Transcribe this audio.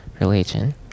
religion